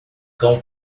cão